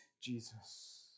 Jesus